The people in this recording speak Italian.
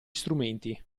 strumenti